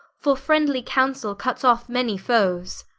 for friendly counsaile cuts off many foes